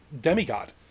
demigod